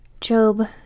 Job